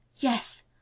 Yes